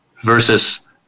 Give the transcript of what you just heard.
versus